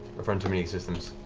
run too many systems.